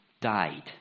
died